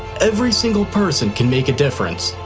every single person can make a difference,